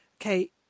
okay